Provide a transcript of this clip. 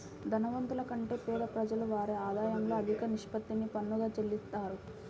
ధనవంతుల కంటే పేద ప్రజలు వారి ఆదాయంలో అధిక నిష్పత్తిని పన్నుగా చెల్లిత్తారు